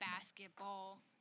basketball